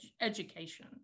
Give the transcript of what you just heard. education